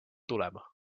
tulema